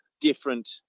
different